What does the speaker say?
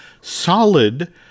solid